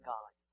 God